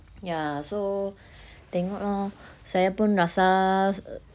ya so tengok lor saya pun rasa